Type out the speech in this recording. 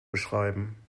beschreiben